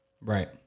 Right